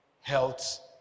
health